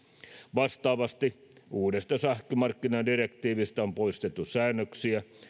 vastaavasti uudesta sähkömarkkinadirektiivistä on poistettu säännöksiä